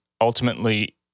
ultimately